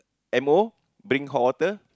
M O bring hot water